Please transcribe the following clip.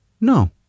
no